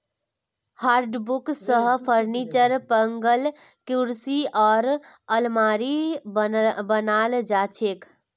hardwood स furniture, पलंग कुर्सी आर आलमारी बनाल जा छेक